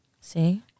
See